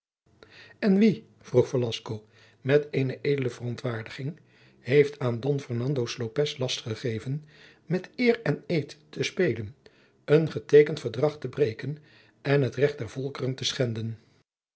en wie vroeg velasco met eene edele verontwaardiging heeft aan don fernando lopez last gegeven met eer en eed te speelen een geteekend verdrag te breken en het recht der volkeren te schenden